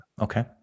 okay